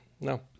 no